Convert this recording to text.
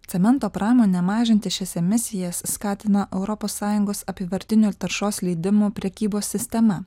cemento pramonę mažinti šias emisijas skatina europos sąjungos apyvartinių taršos leidimų prekybos sistema